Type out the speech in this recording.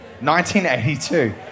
1982